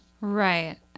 Right